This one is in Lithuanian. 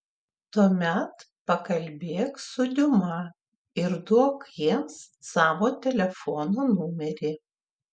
tuomet pakalbėk su diuma ir duok jiems savo telefono numerį